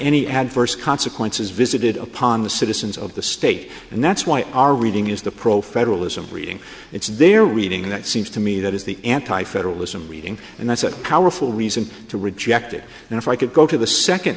any adverse consequences visited upon the citizens of the state and that's why our reading is the pro federalism reading it's their reading that seems to me that is the anti federalism reading and that's a powerful reason to reject it and if i could go to the second